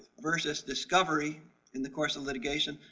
versus discovery in the course of litigation,